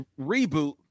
reboot